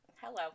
hello